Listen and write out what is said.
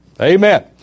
Amen